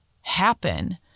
happen